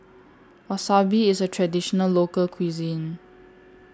Wasabi IS A Traditional Local Cuisine